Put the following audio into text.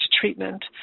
treatment